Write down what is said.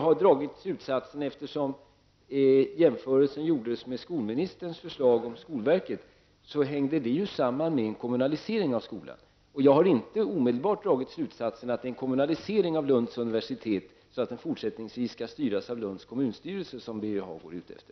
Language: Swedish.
Här gjordes en jämförelse med skolministerns förslag om skolverket. Men det hängde ju samman med en kommunalisering av skolan. Jag har emellertid inte omedelbart dragit slutsatsen att det är en kommunalisering av Lunds universitet, så att det fortsättningsvis skall styras av Lunds kommunstyrelse, som Birger Hagård är ute efter.